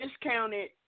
discounted